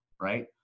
right